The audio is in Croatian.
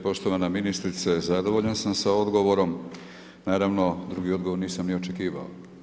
Poštovana ministrice zadovoljan sam sa odgovorom, naravno drugi odgovor nisam ni očekivao.